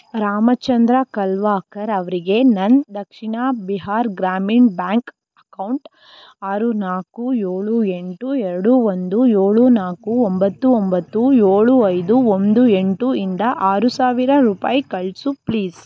ರಾಮಚಂದ್ರ ಕಲ್ವಾಕರ್ ಅವರಿಗೆ ನನ್ನ Dakshin Bihar Gramin bank account ಆರು ನಾಲ್ಕು ಏಳು ಎಂಟು ಎರಡು ಒಂದು ಏಳು ನಾಲ್ಕು ಒಂಬತ್ತು ಒಂಬತ್ತು ಏಳು ಐದು ಒಂದು ಎಂಟು ಇಂದ ಆರು ಸಾವಿರ ರೂಪಾಯಿ ಕಳಿಸು ಪ್ಲೀಸ್